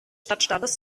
stadtstaats